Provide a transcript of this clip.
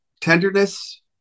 tenderness